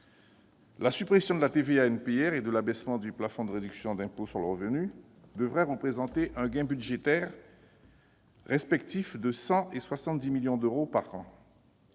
La suppression de la TVA NPR et l'abaissement du plafond de réduction d'impôt sur le revenu devraient représenter des gains budgétaires atteignant respectivement 100 millions d'euros et 70